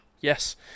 yes